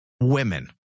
women